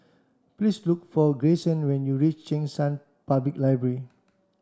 please look for Grayson when you reach Cheng San Public Library